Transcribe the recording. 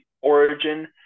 Origin